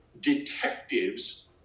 detectives